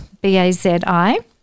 B-A-Z-I